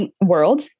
world